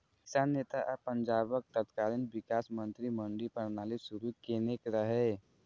किसान नेता आ पंजाबक तत्कालीन विकास मंत्री मंडी प्रणाली शुरू केने रहै